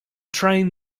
train